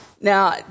Now